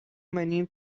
many